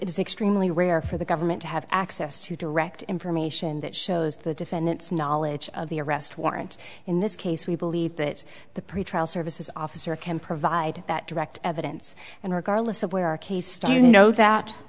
is extremely rare for the government to have access to direct information that shows the defendant's knowledge of the arrest warrant in this case we believe that the pretrial services officer can provide that direct evidence and regardless of where our case to you know that